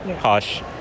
hush